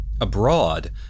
abroad